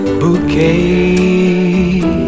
bouquet